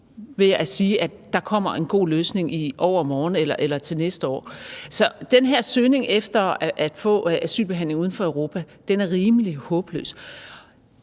der kommer en god løsning i overmorgen eller til næste år. Så den her søgning efter at få en asylbehandling uden for Europa er rimelig håbløs.